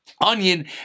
onion